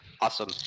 Awesome